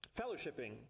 fellowshipping